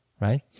right